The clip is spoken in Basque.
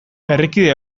herrikide